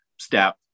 step